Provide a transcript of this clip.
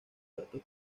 platos